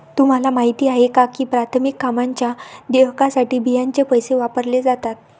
तुम्हाला माहिती आहे का की प्राथमिक कामांच्या देयकासाठी बियांचे पैसे वापरले जातात?